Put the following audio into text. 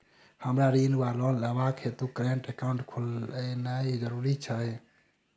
हमरा ऋण वा लोन लेबाक हेतु करेन्ट एकाउंट खोलेनैय जरूरी छै?